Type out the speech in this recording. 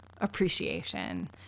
appreciation